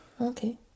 okay